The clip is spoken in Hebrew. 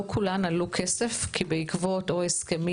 לא כולן עלו כסף כי בעקבות או הסכמים